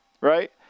Right